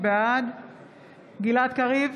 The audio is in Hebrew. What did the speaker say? בעד גלעד קריב,